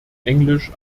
englisch